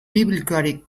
biblikoari